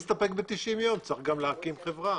צריך גם להקים חברה.